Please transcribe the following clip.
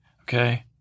okay